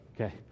Okay